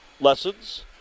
lessons